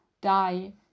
die